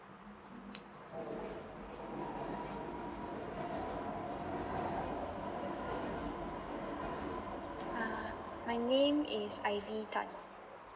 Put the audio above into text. ah my name is ivy tan